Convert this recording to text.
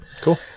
cool